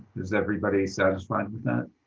is everybody satisfied with that?